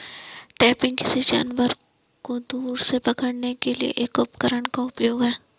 trapping, किसी जानवर को दूर से पकड़ने के लिए एक उपकरण का उपयोग है